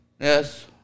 Yes